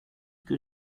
que